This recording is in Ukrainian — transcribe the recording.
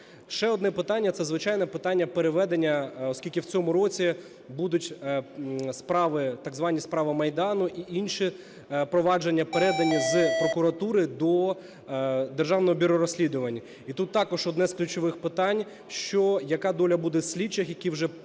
Ще одне питання – це, звичайно, питання переведення, оскільки в цьому році будуть так звані справи Майдану і інші провадження передані з прокуратури до Державного бюро розслідувань. І тут також одне з ключових питань: яка доля буде слідчих, які вже